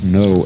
no